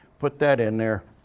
put that in there.